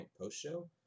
post-show